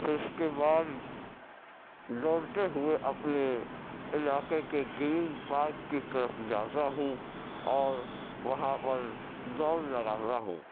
پھر اس کے بعد دوڑتے ہوئے اپنے علاقے کے گرین پارک کی طرف جاتا ہوں اور وہاں پر دوڑ لگاتا ہوں